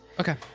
okay